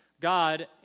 God